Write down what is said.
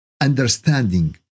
understanding